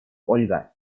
ольга